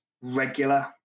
regular